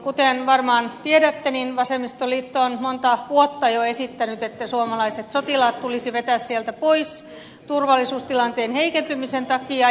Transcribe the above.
kuten varmaan tiedätte niin vasemmistoliitto on jo monta vuotta esittänyt että suomalaiset sotilaat tulisi vetää sieltä pois turvallisuustilanteen heikentymisen takia